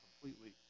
completely